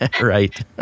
Right